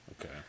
Okay